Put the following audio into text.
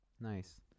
Nice